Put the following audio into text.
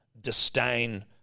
disdain